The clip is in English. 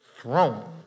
throne